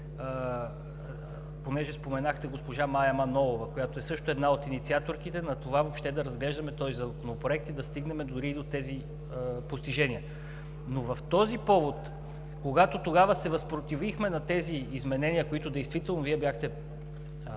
че споменахте госпожа Мая Манолова, която също е една от инициаторките на това въобще да разглеждаме този законопроект и да стигнем дори до тези постижения. В този повод обаче, когато тогава се възпротивихме на тези изменения, които действително Вие бяхте